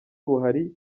buhari